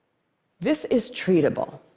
this is treatable.